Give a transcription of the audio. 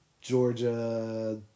Georgia